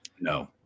No